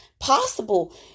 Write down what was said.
possible